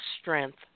strength